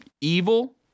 evil